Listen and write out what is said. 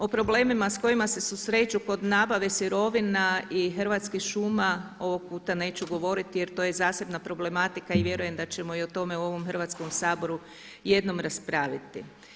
O problemima s kojima se susreću kod nabave sirovina i Hrvatskih šuma, ovog puta neću govoriti jer to je zasebna problematika i vjerujem da ćemo i o tome u ovom Hrvatskom saboru jednom raspraviti.